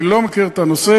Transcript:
אני לא מכיר את הנושא.